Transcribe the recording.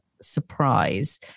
surprise